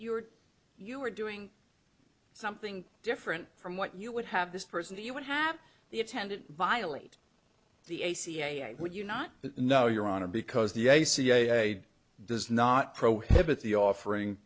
or you are doing something different from what you would have this person that you would have the attendant violate the ac i would you not know your honor because the a c l u does not prohibit the offering